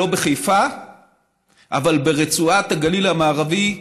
לא בחיפה אבל ברצועת הגליל המערבי,